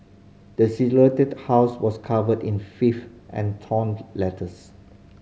the house was covered in filth and torn letters